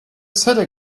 city